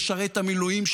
משרת המילואים,